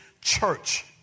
Church